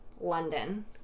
London